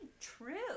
true